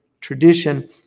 Tradition